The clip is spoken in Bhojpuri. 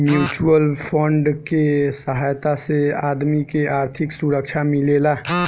म्यूच्यूअल फंड के सहायता से आदमी के आर्थिक सुरक्षा मिलेला